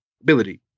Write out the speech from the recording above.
ability